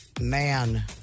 Man